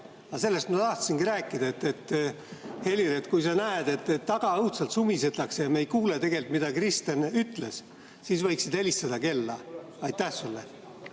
Sellest ma tahtsingi rääkida. Helir, kui sa näed, et taga õudselt sumisetakse ja me ei kuule, mida Kristen ütles, siis sa võiksid helistada kella. Aitäh!